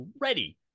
ready